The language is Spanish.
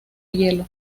hielo